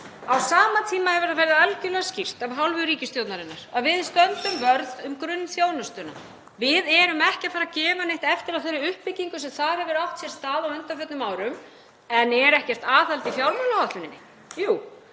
Á sama tíma hefur það verið algerlega skýrt af hálfu ríkisstjórnarinnar að við stöndum vörð um grunnþjónustuna. Við erum ekki að fara að gefa neitt eftir af þeirri uppbyggingu sem þar hefur átt sér stað á undanförnum árum. En er ekkert aðhald í fjármálaáætluninni?